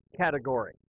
category